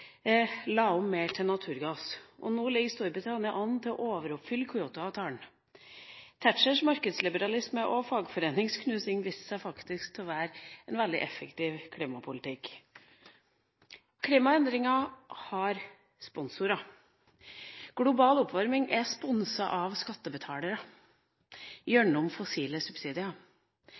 la om mer til naturgass. Nå ligger Storbritannia an til å overoppfylle Kyoto-avtalen. Thatchers markedsliberalisme og fagforeningsknusing viste seg faktisk å være en veldig effektiv klimapolitikk. Klimaendringer har sponsorer. Global oppvarming er sponset av skattebetalere, gjennom fossile subsidier.